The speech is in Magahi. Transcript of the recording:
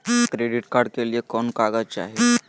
क्रेडिट कार्ड के लिए कौन कागज चाही?